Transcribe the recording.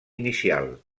inicial